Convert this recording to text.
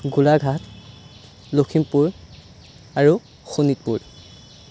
গোলাঘাট লখিমপুৰ আৰু শোণিতপুৰ